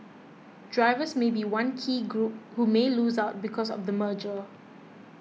drivers may be one key group who may lose out because of the merger